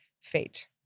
fate